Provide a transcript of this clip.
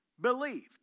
believed